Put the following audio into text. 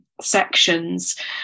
sections